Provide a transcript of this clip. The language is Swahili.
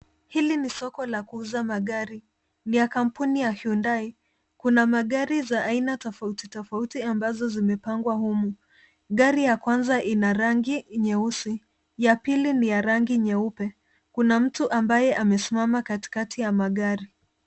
Hili ni soko la kuuza magari. Ni ya kampuni ya Hyundai. Kuna magari za aina tofauti tofauti ambazo zimepangwa humu. Gari ya kwanza ina rangi nyeusi, ya Lili ni ya rangi nyeupe. Kuna mtu ambaye amesimama katikati ya magari.